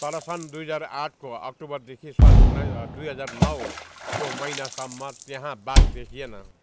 तर सन् दुई हजार आठको अक्टोबरदेखि सन् उन्नाइ दुई हजार नौको महिनासम्म त्यहाँ बाघ देखिएन